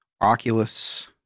Oculus